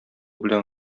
белән